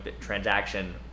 transaction